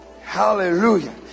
hallelujah